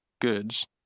goods